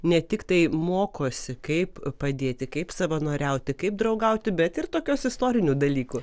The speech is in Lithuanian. ne tiktai mokosi kaip padėti kaip savanoriauti kaip draugauti bet ir tokios istorinių dalykų